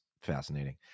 fascinating